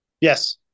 Yes